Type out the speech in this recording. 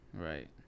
Right